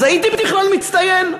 אז הייתי בכלל מצטיין,